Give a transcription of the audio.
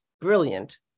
brilliant